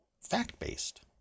fact-based